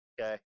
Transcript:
okay